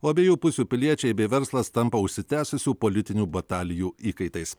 o abiejų pusių piliečiai bei verslas tampa užsitęsusių politinių batalijų įkaitais